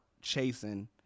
Chasing